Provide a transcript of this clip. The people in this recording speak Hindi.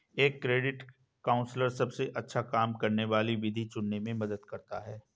एक क्रेडिट काउंसलर सबसे अच्छा काम करने वाली विधि चुनने में मदद करता है